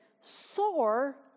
soar